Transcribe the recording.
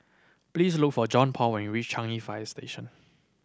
please look for Johnpaul when you reach Changi Fire Station